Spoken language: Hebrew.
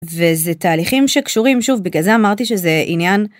וזה תהליכים שקשורים שוב בגלל זה אמרתי שזה עניין.